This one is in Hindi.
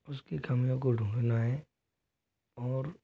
उसकी खमियों को ढूंढना है और